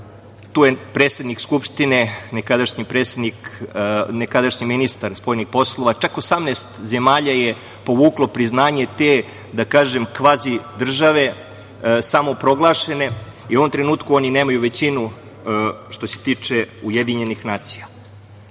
tu je predsednik Skupštine, nekadašnji ministar spoljnih poslova, čak 18 zemalja je povuklo priznanje te, da kažem, kvazi države, samoproglašene i u ovom trenutku oni nemaju većinu što se tiče UN.Moram da